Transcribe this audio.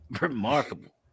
Remarkable